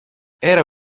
era